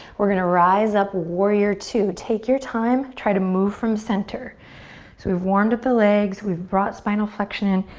we're gonna rise up, warrior ii. take your time. try to move from center. so we've warmed up the legs. we've brought spinal flexion in.